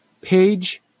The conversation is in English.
Page